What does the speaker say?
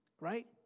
Right